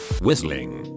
Whistling